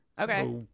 Okay